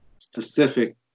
specific